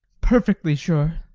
perfectly sure!